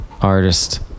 artist